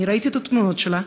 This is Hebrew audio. אני ראיתי את התמונות שלה.